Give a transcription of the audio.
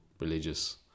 religious